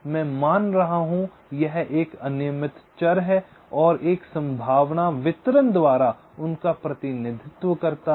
मैं मान रहा हूं यह एक अनियमित चर है और एक संभावना वितरण द्वारा उनका प्रतिनिधित्व करता है